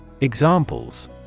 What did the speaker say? Examples